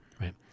right